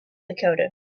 dakota